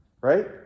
Right